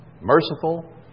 merciful